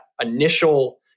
initial